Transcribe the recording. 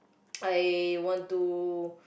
I want to